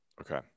okay